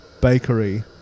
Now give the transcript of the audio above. bakery